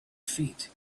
feet